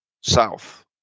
south